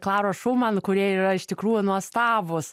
klaros šuman kurie yra iš tikrųjų nuostabūs